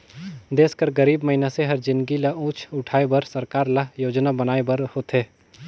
देस कर गरीब मइनसे कर जिनगी ल ऊंच उठाए बर सरकार ल योजना बनाए बर होथे